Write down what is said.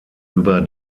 über